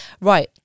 right